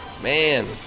man